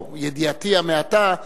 או ידיעתי המעטה,